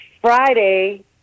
Friday